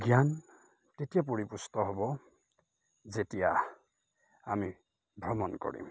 জ্ঞান তেতিয়া পৰিপুষ্ট হ'ব যেতিয়া আমি ভ্ৰমণ কৰিম